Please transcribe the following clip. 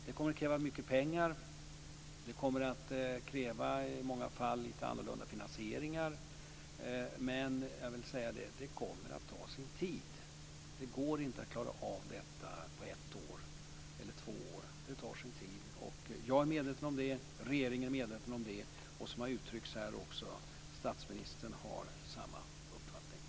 Det kommer att krävas mycket pengar och i många fall en lite annorlunda finansiering. Men det kommer att ta sin tid - det vill jag säga. Det går inte att klara av detta på ett eller två år. Jag är medveten om det, och regeringen är medveten om det. Statsministern har samma uppfattning, vilket också har sagts här.